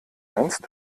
meinst